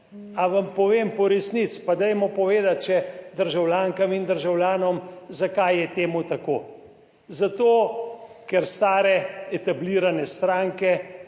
Ali vam povem po resnici, pa dajmo povedati še državljankam in državljanom. Zakaj je temu tako? Zato, ker stare etablirane stranke